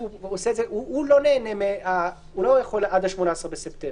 הוא לא יכול עד ה-18 בספטמבר.